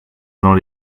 dans